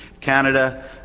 Canada